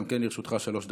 גם כן, לרשותך שלוש דקות.